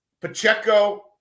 Pacheco